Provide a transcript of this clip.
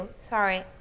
sorry